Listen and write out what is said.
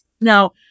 Now